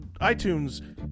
iTunes